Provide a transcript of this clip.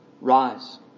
Rise